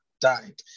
died